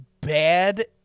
bad